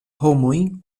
homojn